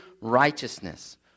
righteousness